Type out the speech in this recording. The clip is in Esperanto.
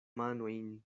manojn